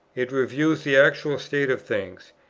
it reviews the actual state of things,